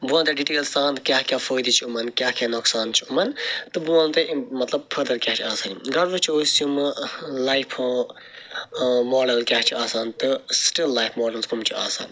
بہٕ وَنہٕ تۄہہِ ڈِٹیل سان کیٛاہ کیٛاہ فٲیدٕ چھُ یِمن کیٛاہ کیٛاہ نوٚقصان چھُ یِمن تہٕ بہٕ وَنہٕ تۄہہِ اَمہٕ مطلب فٔردَر کیٛاہ چھ آسان گۄڈٕ وُچھو أسۍ یِم لایف ٲں ٲں ماڈَل کیٛاہ چھُ آسان تہٕ سٹٕل لایف ماڈَلٕز کٕم چھِ آسان